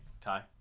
Ty